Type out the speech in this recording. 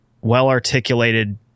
well-articulated